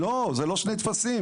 לא, זה לא שני טפסים.